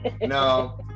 No